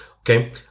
Okay